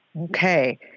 Okay